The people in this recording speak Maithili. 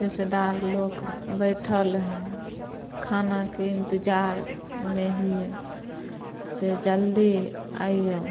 रिश्तेदार लोक बैठल हइ खानाके इन्तजारमे हिए से जल्दी अइऔ